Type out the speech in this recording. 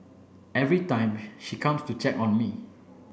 every time she comes to check on me